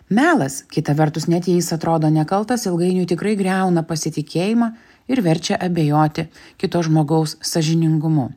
melas kita vertus net jei jis atrodo nekaltas ilgainiui tikrai griauna pasitikėjimą ir verčia abejoti kito žmogaus sąžiningumu